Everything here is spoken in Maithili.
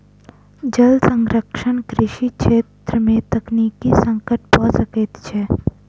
जल संरक्षण कृषि छेत्र में तकनीकी संकट भ सकै छै